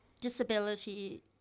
disability